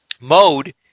mode